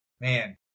man